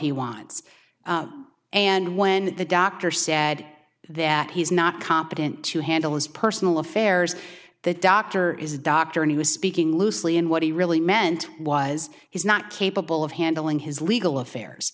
he wants and when the doctor said that he's not competent to handle his personal affairs that doctor is a doctor and he was speaking loosely and what he really meant was he's not capable of handling his legal affairs